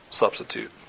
substitute